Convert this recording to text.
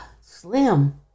Slim